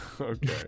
Okay